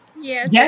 Yes